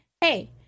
hey